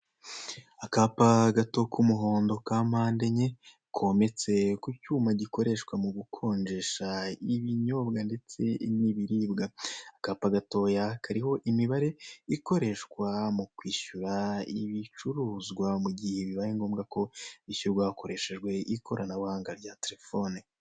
Akapa gato, k'umuhondo, ka mpande enye, kometse ku cyuma gikorehwa mu gukonjesha ibinyobwa ndetse n'ibiribwa. Akapa gatoya kariho imibare ikoreshwa mu kwishyura ibicuruzwa, mu gihe bibaye ngombwa ko hishyurwa hakoreshwajwe ikoranabuhanga rya telefone.